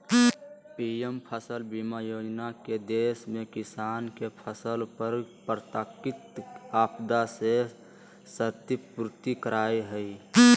PM फसल बीमा योजना के देश में किसान के फसल पर प्राकृतिक आपदा से क्षति पूर्ति करय हई